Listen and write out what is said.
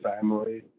family